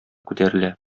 күтәрелә